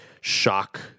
shock